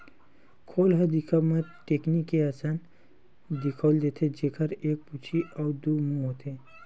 खोल ह दिखब म टेकनी के असन दिखउल देथे, जेखर एक पूछी अउ दू मुहूँ होथे